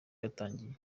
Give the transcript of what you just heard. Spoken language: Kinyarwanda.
yatangiye